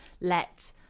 let